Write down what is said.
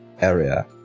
area